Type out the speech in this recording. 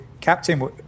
captain